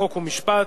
חוק ומשפט,